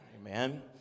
amen